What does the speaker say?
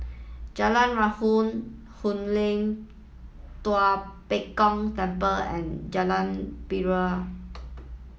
Jalan Raya Hoon Hoon Lam Tua Pek Kong Temple and Jalan Pari